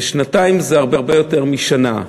ושנתיים זה הרבה יותר משנה.